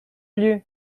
lieu